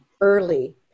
early